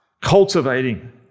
cultivating